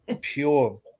pure